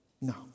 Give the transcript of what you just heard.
No